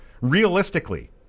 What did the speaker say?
Realistically